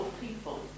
people